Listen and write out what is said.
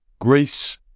Greece